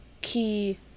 key